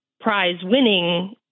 Prize-winning